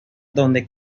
donde